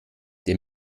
der